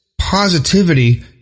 positivity